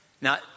Now